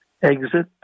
Exit